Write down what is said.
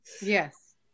Yes